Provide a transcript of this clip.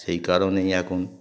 সেই কারণেই এখন